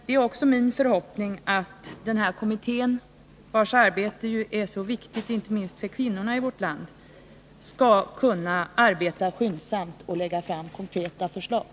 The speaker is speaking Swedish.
Det är också min förhoppning att kommittén, vars arbete är så viktigt inte minst för kvinnorna i vårt land, skall kunna arbeta skyndsamt och lägga fram konkreta förslag.